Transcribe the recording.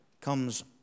comes